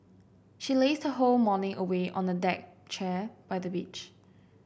she lazed her whole morning away on a deck chair by the beach